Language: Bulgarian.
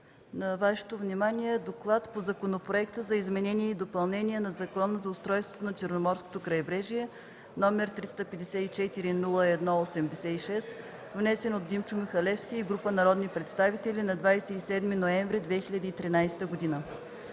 за първо гласуване относно Законопроекта за изменение и допълнение на Закона за устройството на Черноморското крайбрежие, № 354-01-86, внесен от Димчо Михалевски и група народни представители на 27 ноември 2013 г.